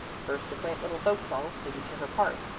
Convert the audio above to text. first a quaint little folk-song suited to her part,